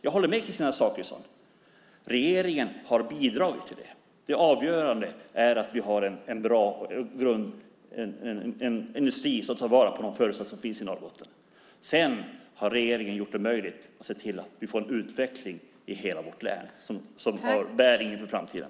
Jag håller med Kristina Zakrisson om att regeringen har bidragit till det. Det avgörande är att vi har en industri som tar vara på de förutsättningar som finns i Norrbotten. Sedan har regeringen sett till att vi får en utveckling i hela vårt län som har bäring inför framtiden.